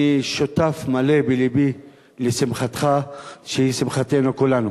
אני שותף מלא בלבי לשמחתך, שהיא שמחתנו כולנו.